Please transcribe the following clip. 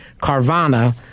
Carvana